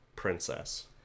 princess